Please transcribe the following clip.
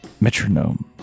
metronome